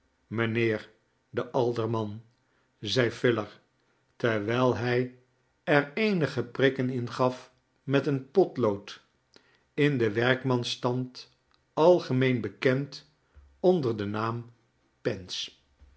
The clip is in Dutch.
mijnheer de alderman zei filer terwijl hij er eenige prikken in gaf met een potlood in den werkmansstand algemeen bekend onder den naam pens